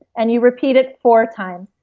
and you repeat it four times